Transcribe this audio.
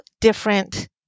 different